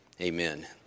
Amen